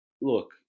look